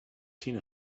tina